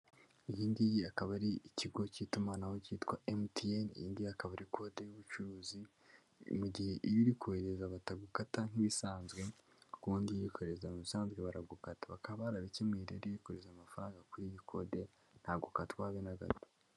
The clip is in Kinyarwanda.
Iki ngiki kikaba ari ikigo k'itumanaho kitwa emutiyeni, iyi ngiyi ikaba ari kode y'ubucuruzi. Mu gihe iyo uri kohereza batagukata nk'ibisanzwe kuko ubundi iyo uri korereza musanzwe baragukata; bakaba barabikemu rero iyo uri kohereza amafaranga kuriyi kode ntabwo ukatwa na gato.